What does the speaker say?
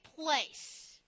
place